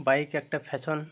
bike একটা fashion